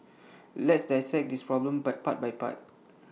let's dissect this problem by part by part